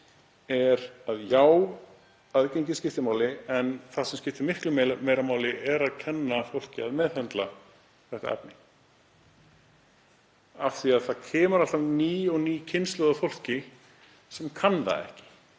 er að já, aðgengi skiptir máli, en það sem skiptir miklu meira máli er að kenna fólki að meðhöndla þetta efni af því að það kemur alltaf ný og ný kynslóð af fólki sem kann það ekki.